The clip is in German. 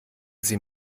sie